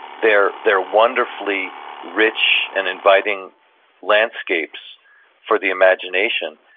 they're they're wonderfully rich and inviting landscapes for the imagination,